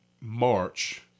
March